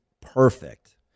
perfect